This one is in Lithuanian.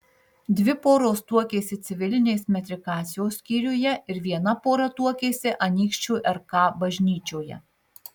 dvi poros tuokėsi civilinės metrikacijos skyriuje ir viena pora tuokėsi anykščių rk bažnyčioje